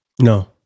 No